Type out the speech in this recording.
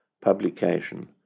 publication